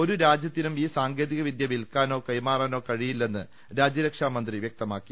ഒരു രാജ്യത്തിനും ഈ സാങ്കേതിക വിദ്യ വിൽക്കാനോ കൈമാറാനോ കഴിയില്ലെന്ന് രാജ്യരക്ഷാമന്ത്രി വൃക്തമാക്കി